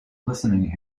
listening